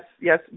yes